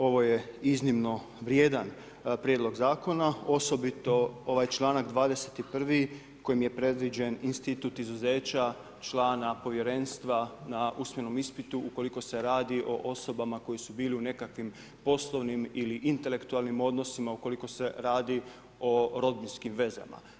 Ovo je iznimno vrijedan prijedlog zakona, osobito ovaj članak 21. kojim je predviđen institut izuzeća člana povjerenstva na usmenom ispitu ukoliko se radi o osobama koje su bile u nekakvim poslovnim ili intelektualnim odnosima ukoliko se radi o rodbinskim vezama.